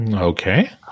Okay